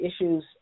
issues